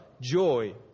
joy